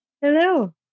Hello